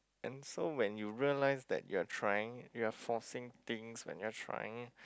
then so when you realise that you're trying you're forcing things when you're trying